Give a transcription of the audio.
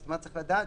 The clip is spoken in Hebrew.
צריך לדעת